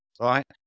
Right